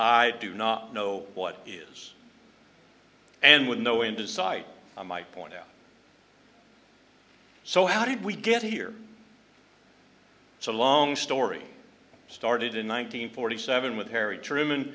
i do not know what is and with no end in sight i might point out so how did we get here it's a long story started in one nine hundred forty seven with harry truman